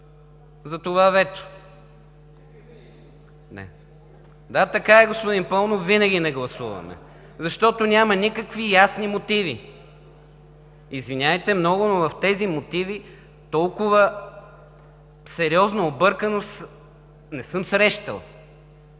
ЦИПОВ: Да, така е, господин Паунов, винаги не гласуваме, защото няма никакви ясни мотиви. Извинявайте много, но като тези мотиви, толкова сериозна обърканост не съм срещал.